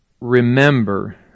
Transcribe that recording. remember